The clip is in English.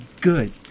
Good